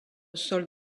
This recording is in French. sol